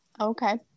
Okay